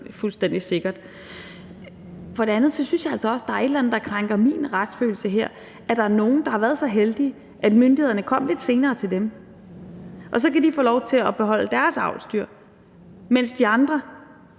sådan fuldstændig sikkert. For det andet synes jeg altså også, at der er et eller andet, der krænker min retsfølelse her, i forhold til at der er nogen, der har været så heldige, at myndighederne kom lidt senere til dem, og så kunne de få lov til at beholde deres avlsdyr, mens de andre